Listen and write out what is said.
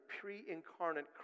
pre-incarnate